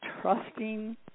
trusting